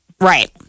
right